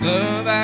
Love